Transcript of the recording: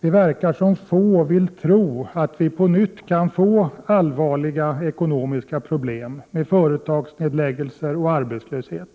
Det verkar som om få vill tro att vi på nytt kan få allvarliga ekonomiska problem med företagsnedläggelser och arbetslöshet.